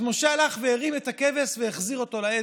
אז משה הלך והרים את הכבש והחזיר אותו לעדר.